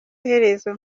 herezo